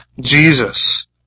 jesus